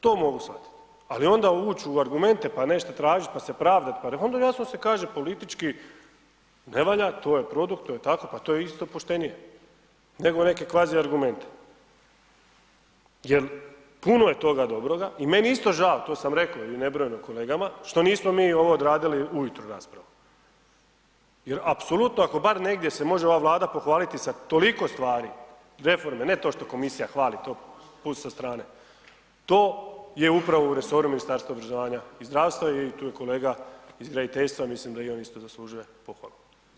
To mogu shvatiti ali onda ući u argumente pa nešto tražit pa se pravdat pa onda jasno se kaže politički ne valja, to je produkt, to je tako, pa to je isto poštenije nego neke kvazi argumente jer puno je toga dobroga i meni je isto žao, to sam rekao i nebrojeno kolegama, što nismo mi ovo odradili ujutro raspravu jer apsolutno ako bar negdje se može ova Vlada pohvaliti sa toliko stvari, reforme, ne to što komisija hvali, to pustite sa strane, to je upravo u resoru ministarstva obrazovanja i zdravstva i tu je kolega iz graditeljstva, mislim da i on isto zaslužuje pohvalu.